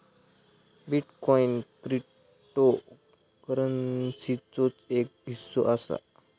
bitcoin क्रिप्टोकरंसीचोच एक हिस्सो असा